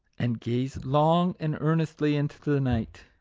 and gazed long and ear nestly into the night.